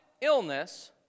illness